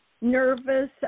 nervous